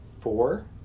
four